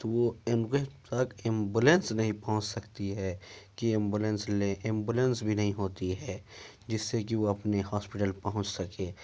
تو وہ تک ایمبولینس نہیں پہنچ سکتی ہے کہ ایمبولینس لیں ایمبولینس بھی نہیں ہوتی ہے جس سے کہ وہ اپنے ہاسپیٹل پہنچ سکے